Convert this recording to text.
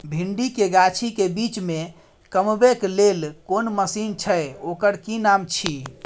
भिंडी के गाछी के बीच में कमबै के लेल कोन मसीन छै ओकर कि नाम छी?